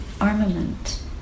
armament